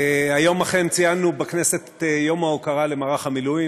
היום אכן ציינו בכנסת את יום ההוקרה למערך המילואים.